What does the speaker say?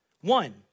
One